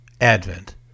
Advent